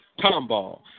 Tomball